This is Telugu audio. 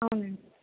అవునండి